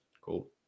cool